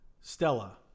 Stella